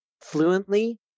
fluently